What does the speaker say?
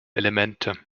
elemente